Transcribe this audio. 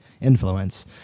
influence